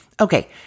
Okay